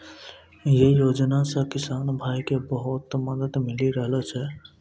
यै योजना सॅ किसान भाय क बहुत मदद मिली रहलो छै